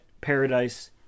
paradise